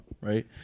right